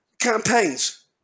campaigns